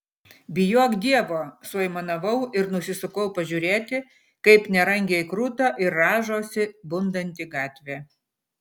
bijok dievo suaimanavau ir nusisukau pažiūrėti kaip nerangiai kruta ir rąžosi bundanti gatvė